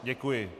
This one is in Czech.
Děkuji.